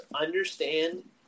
understand